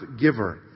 giver